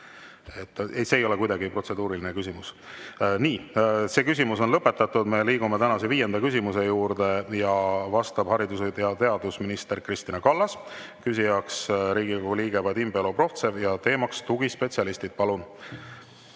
See ei ole kuidagi protseduuriline küsimus. Nii. See küsimus on lõpetatud. Me liigume tänase viienda küsimuse juurde. Vastab haridus‑ ja teadusminister Kristina Kallas, küsija Riigikogu liige Vadim Belobrovtsev ja teema tugispetsialistid. Palun!